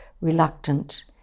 reluctant